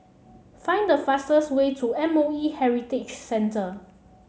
find the fastest way to M O E Heritage Centre